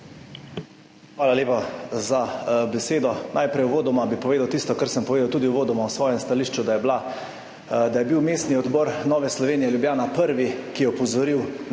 Hvala lepa za besedo. Najprej uvodoma bi povedal tisto kar sem povedal tudi uvodoma v svojem stališču, da je bil Mestni odbor Nove Slovenije, Ljubljana prvi, ki je opozoril na